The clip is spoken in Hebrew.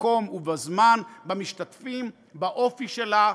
במקום ובזמן, במשתתפים, באופי שלה,